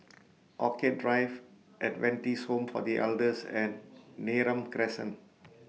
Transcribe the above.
Orchid Drive Adventist Home For The Elders and Neram Crescent